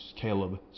Caleb